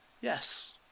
yes